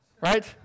right